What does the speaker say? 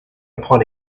upon